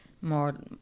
more